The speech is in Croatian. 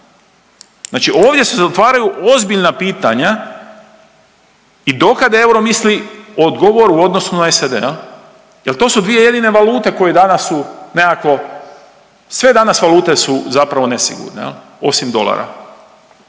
Znači ovdje se otvaraju ozbiljna pitanja i dokad euro misli odgovor u odnosu na SAD, je li? Jer to su dvije jedine valute koje danas su nekako, sve danas valute su zapravo nesigurne, osim dolara,